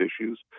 issues